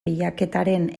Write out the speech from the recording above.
bilaketaren